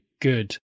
good